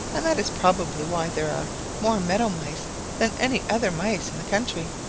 and that is probably why there are more meadow mice than any other mice in the country.